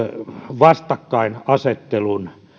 vastakkainasettelun